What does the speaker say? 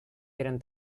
eran